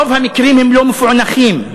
רוב המקרים לא מפוענחים.